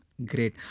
Great